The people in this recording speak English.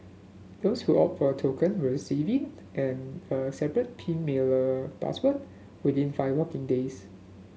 those who opt a token will receive it and a separate pin mailer password within five working days